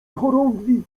chorągwi